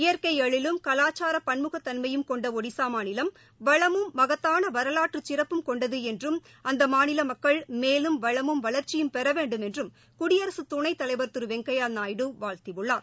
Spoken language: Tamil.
இயற்கை எழிலும் கலாச்சார பன்முகத்தன்மயும் கொண்ட ஒடிசா மாநிலம் வளமும் மகத்தான வரலாற்றுச் சிறப்பும் கொண்டது என்றும் அந்த மாநில மக்கள் மேலும் வளமும் வளர்க்சியும் பெறவேண்டும் என்றும் குடியரசுத் துணைத் தலைவர் திரு வெங்கையா நாயுடு வாழ்த்தியுள்ளார்